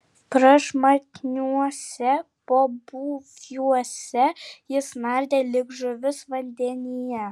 prašmatniuose pobūviuose jis nardė lyg žuvis vandenyje